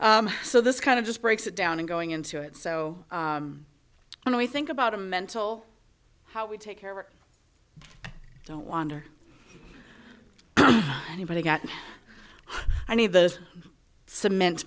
so this kind of just breaks it down and going into it so when we think about a mental how we take care of or don't wander anybody got any of those cement